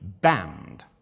banned